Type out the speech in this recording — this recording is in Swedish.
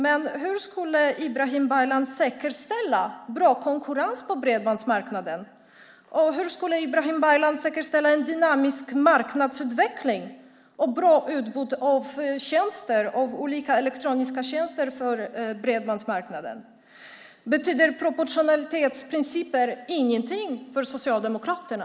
Men hur skulle han säkerställa bra konkurrens på bredbandsmarknaden, och hur skulle han säkerställa en dynamisk marknadsutveckling och ett bra utbud av olika elektroniska tjänster för bredbandsmarknaden? Betyder proportionalitetsprinciper ingenting för Socialdemokraterna?